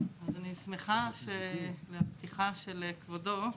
אני שמחה לפתיחה של כבודו,